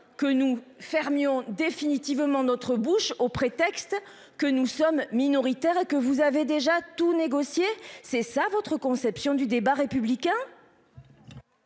que nous fermions définitivement notre bouche au prétexte que nous sommes minoritaires et que vous avez déjà tout négocier, c'est ça votre conception du débat républicain.